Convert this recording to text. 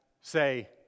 say